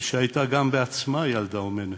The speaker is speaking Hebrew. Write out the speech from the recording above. שהייתה גם בעצמה ילדה באומנה.